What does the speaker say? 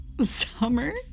summer